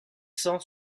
cent